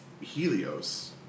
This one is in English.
Helios